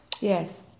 Yes